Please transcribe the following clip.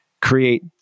create